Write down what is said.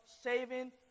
saving